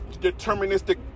deterministic